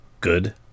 good